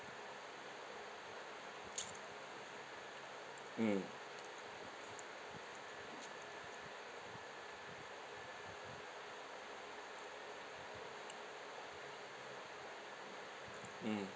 mm